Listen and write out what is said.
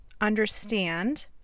understand